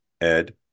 Ed